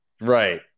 Right